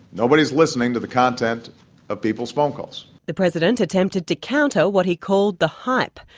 nobody's listening to the content of people's phone calls. the president attempted to counter what he called the hype.